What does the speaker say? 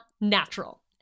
natural